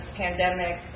pandemic